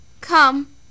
Come